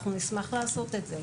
אנחנו נשמח לעשות את זה.